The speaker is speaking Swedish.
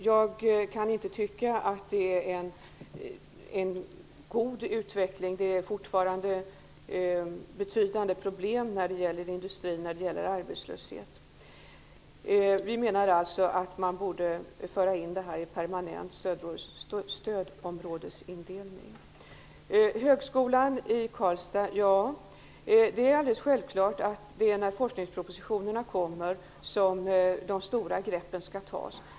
Jag kan inte tycka att det är fråga om en god utveckling. Det är fortfarande betydande problem när det gäller industrin och arbetslösheten. Vi anser att man borde föra in Kristinehamn och Storfors i ett permanent stödområde. När det gäller högskolan i Karlstad är det alldeles självklart att de stora greppen skall tas i forskningspropositionerna.